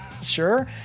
sure